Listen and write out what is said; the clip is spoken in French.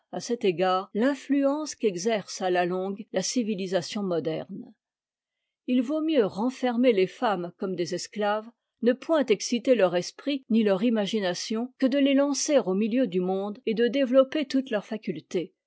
à cet égard l'influence qu'exerce à la longue la civilisation moderne i vaut mieux renfermer les femmes comme des esclaves ne point exciter leur esprit ni leur imagination que de les lancer au milieu du monde et de développer toutes leurs facultés